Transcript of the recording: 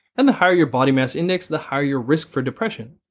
and the higher your body mass index, the higher your risk for depression.